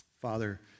Father